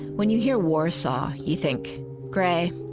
when you hear warsaw, you think grey,